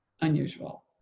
unusual